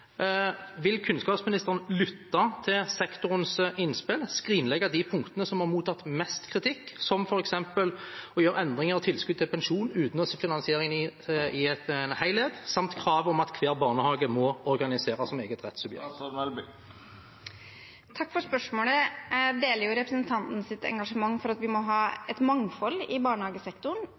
Vil kunnskapsministeren lytte til sektorens innspill og skrinlegge de punktene hvor det er mottatt mest kritikk, som f.eks. å gjøre endringer i tilskudd til pensjoner uten å se finansieringen i en helhet, samt kravet om at flere barnehager må organiseres som et eget rettssubjekt? Takk for spørsmålet. Jeg deler representantens engasjement for at vi må ha et mangfold i barnehagesektoren,